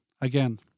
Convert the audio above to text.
again